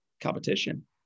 competition